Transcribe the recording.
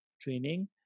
training